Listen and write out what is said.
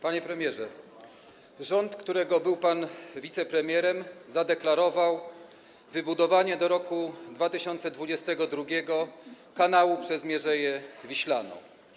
Panie premierze, rząd, którego był pan wicepremierem, zadeklarował wybudowanie do roku 2022 kanału przez Mierzeję Wiślaną.